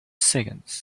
seconds